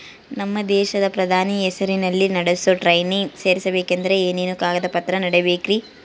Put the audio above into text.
ನಮ್ಮ ದೇಶದ ಪ್ರಧಾನಿ ಹೆಸರಲ್ಲಿ ನಡೆಸೋ ಟ್ರೈನಿಂಗ್ ಸೇರಬೇಕಂದರೆ ಏನೇನು ಕಾಗದ ಪತ್ರ ನೇಡಬೇಕ್ರಿ?